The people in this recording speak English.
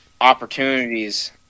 opportunities